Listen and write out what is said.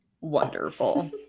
wonderful